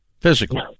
physically